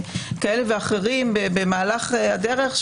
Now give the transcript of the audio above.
כאלה ואחרים במהלך הדרך,